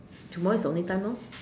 tomorrow is the only time lor